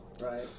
right